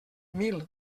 mil